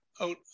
out